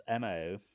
MO